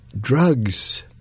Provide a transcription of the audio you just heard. drugs